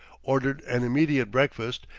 ordered an immediate breakfast,